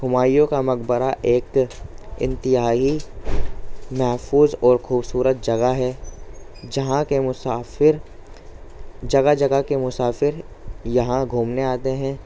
ہمایوں کا مقبرہ ایک انتہائی محفوظ اور خوبصورت جگہ ہے جہاں کے مسافر جگہ جگہ کے مسافر یہاں گھومنے آتے ہیں